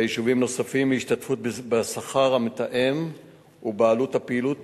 ויישובים נוספים מהשתתפות בשכר המתאם ובעלות הפעילות,